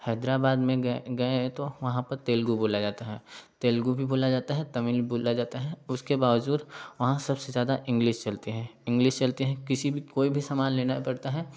हैदराबाद में गए गए है तो वहाँ पर तेलुगु बोल जा हा तेलुगु भी बोला जाता है तमिल भी बोला जाता है उसके बावजूद वहाँ सबसे ज़्यादा इंग्लिस चलती है इंग्लिस चलती है किसी भी कोई भी समान लेना पड़ता है